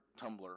Tumblr